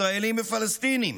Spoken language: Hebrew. ישראלים ופלסטינים,